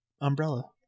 umbrella